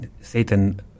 Satan